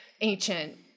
ancient